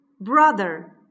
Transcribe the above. Brother